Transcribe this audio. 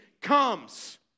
comes